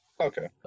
Okay